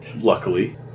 Luckily